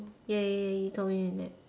ya ya ya ya you told me that